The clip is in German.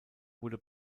wurde